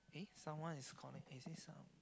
eh someone is calling me is this some